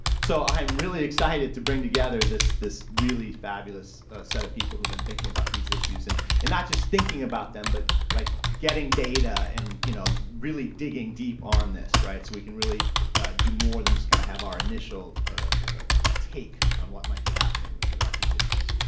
so i'm really excited to bring together this this really fabulous set of people who've been thinking about these issues and and not just thinking about them but like getting data and you know really digging deep on this right so we can really do more than just kind of have our initial take on what might be happening with regard to these issues.